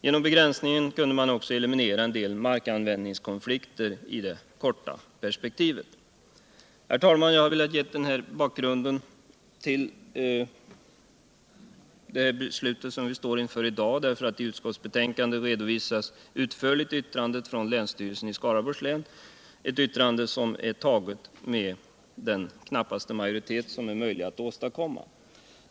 Genom begränsningen kunde man också eliminera en del markanvändningskonflikter i det korta perspektivet. Herr talman! Jag har velat ge denna bakgrund till det beslut vi står inför i dag, därför att i utskottsbetänkandet redovisas utförligt yttrandet från länsstyrelsen i Skaraborgs län — ett yttrande som tagits med så knapp majoritet som är möjlig att åstadkomma.